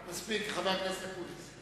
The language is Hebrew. מספיק, חבר הכנסת אקוניס.